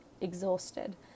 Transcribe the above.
exhausted